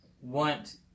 want